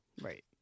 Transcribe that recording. right